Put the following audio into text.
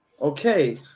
Okay